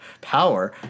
power